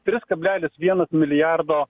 tris kablelis vienas milijardo